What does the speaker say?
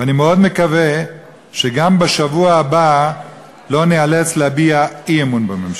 ואני מאוד מקווה שגם בשבוע הבא לא ניאלץ להביע אי-אמון בממשלה.